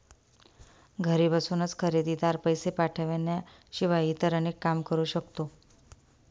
घरी बसूनच खरेदीदार, पैसे पाठवण्याशिवाय इतर अनेक काम करू शकतो